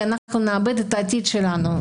תעצרו כי אנחנו נאבד את העתיד שלנו.